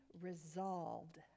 resolved